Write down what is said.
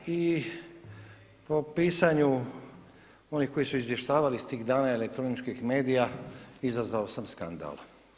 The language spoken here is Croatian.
Ha i o pisanju onih koji su izvještavali s tih Dana elektroničkih medija izazvao sam skandal.